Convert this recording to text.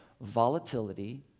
volatility